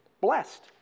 blessed